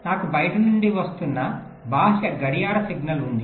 నాకు బయటి నుండి వస్తున్న బాహ్య గడియార సిగ్నల్ ఉంది